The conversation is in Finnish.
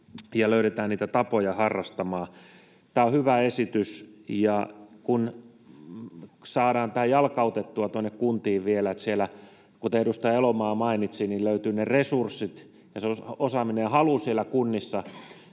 löydetään niitä tapoja harrastaa. Tämä on hyvä esitys, ja vielä kun saadaan tämä jalkautettua tuonne kuntiin, niin että siellä, kuten edustaja Elomaa mainitsi, löytyvät ne resurssit ja osaaminen ja halu tämän puolesta